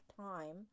time